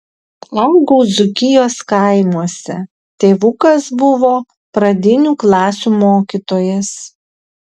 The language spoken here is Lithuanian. augau dzūkijos kaimuose tėvukas buvo pradinių klasių mokytojas